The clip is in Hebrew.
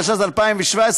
התשע"ז 2017,